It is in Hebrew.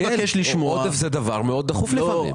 עודף זה דבר דחוף מאוד לפעמים.